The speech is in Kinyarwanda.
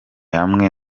hamwe